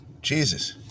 Jesus